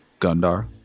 Gundar